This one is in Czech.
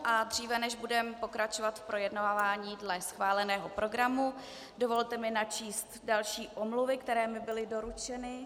A dříve než budeme pokračovat v projednávání dle schváleného programu, dovolte mi načíst další omluvy, které mi byly doručeny.